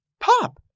Pop